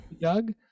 Doug